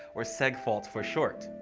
or segfault for short.